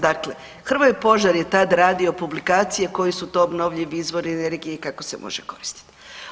Dakle Hrvoje Požar je tad radio publikacije koji su to obnovljivi izvori energije i kako se može koristiti.